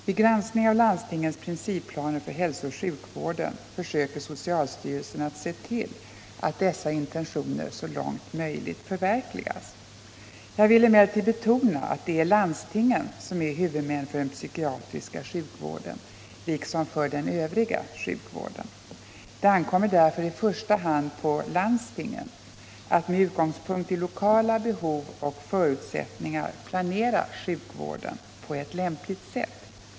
Vid granskning av landstingens principplaner för hälsooch sjukvården försöker socialstyrelsen att se till att dessa intentioner så långt som möjligt förverkligas. Jag vill emellertid betona att det är landstingen som är huvudmän för den psykiatriska sjukvården liksom för den övriga sjuk vården. Det ankommer därför i första hand på landstingen att med utgångspunkt i lokala behov och förutsättningar planera sjukvården på ett lämpligt sätt.